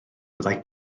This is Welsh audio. byddai